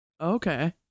Okay